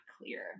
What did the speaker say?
clear